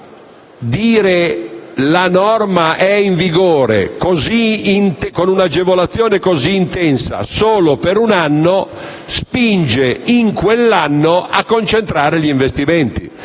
Dire che la norma è in vigore con un'agevolazione così intensa solo per un anno spinge in quello stesso anno a concentrare gli investimenti.